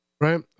right